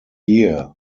year